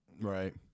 Right